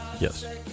Yes